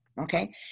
Okay